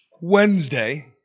Wednesday